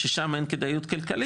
ששם אין כדאיות כלכלית.